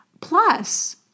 Plus